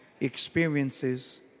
experiences